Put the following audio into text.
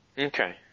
Okay